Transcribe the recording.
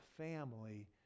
family